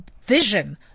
vision